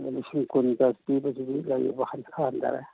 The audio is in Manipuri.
ꯑꯗꯨ ꯂꯤꯁꯤꯡ ꯀꯨꯟꯒ ꯄꯤꯕꯗꯨꯗꯤ ꯂꯩ ꯈꯔ ꯍꯟꯗꯔꯦ